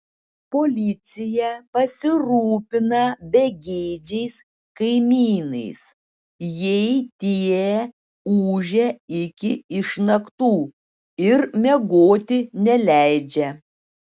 policija pasirūpina begėdžiais kaimynais jei tie ūžia iki išnaktų ir miegoti neleidžia